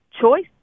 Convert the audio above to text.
choice